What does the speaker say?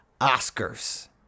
Oscars